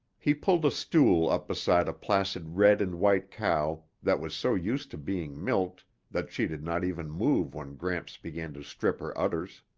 he pulled a stool up beside a placid red and white cow that was so used to being milked that she did not even move when gramps began to strip her udders.